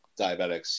diabetics